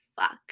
fuck